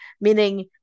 meaning